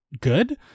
good